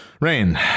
rain